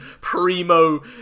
primo